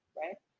right